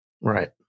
Right